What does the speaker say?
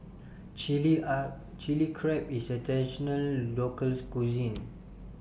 Chili Are Chili Crab IS A Traditional Local Cuisine